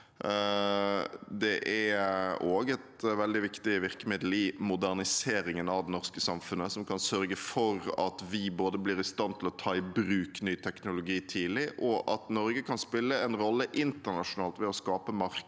Det er også et veldig viktig virkemiddel i moderniseringen av det norske samfunnet, som kan sørge for at vi både blir i stand til å ta i bruk ny teknologi tidlig, og at Norge kan spille en rolle internasjonalt ved å skape markeder